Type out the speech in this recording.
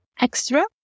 extra